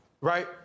right